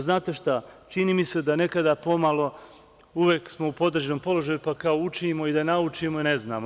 Znate šta, čini mi se da nekada pomalo uvek smo u podređenom položaju, pa kao učimo i da naučimo i ne znamo.